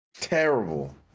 Terrible